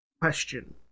Question